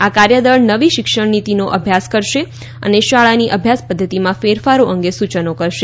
આ કાર્યદળ નવી શિક્ષણ નીતિનો અભ્યાસ કરશે અને શાળાની અભ્યાસ પદ્ધતિમાં ફેરફારો અંગે સૂચનો કરશે